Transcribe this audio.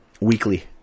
weekly